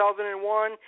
2001